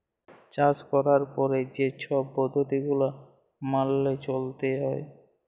চাষ ক্যরার পরে যে ছব পদ্ধতি গুলা ম্যাইলে চ্যইলতে হ্যয়